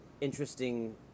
interesting